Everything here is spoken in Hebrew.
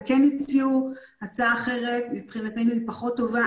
הם כן הציעו הצעה אחרת שמבחינתנו היא פחות טובה.